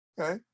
okay